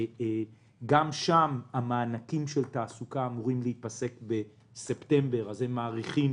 גם שם המענקים של תעסוקה אמורים להיפסק בספטמבר אז הם מעריכים